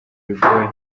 bigoye